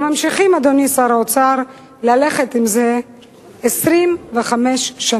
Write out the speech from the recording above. וממשיכים, אדוני שר האוצר, ללכת עם זה 25 שנה.